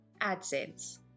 AdSense